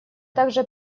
также